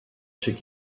took